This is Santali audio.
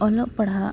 ᱚᱞᱚᱜ ᱯᱟᱲᱦᱟᱜ